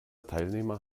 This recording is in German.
teilnehmer